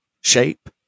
shape